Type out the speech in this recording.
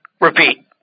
repeat